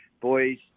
boys